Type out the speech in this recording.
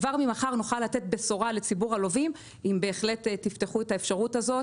כבר ממחר נוכל לתת בשורה לציבור הלווים אם בהחלט תפתחו את האפשרות הזאת,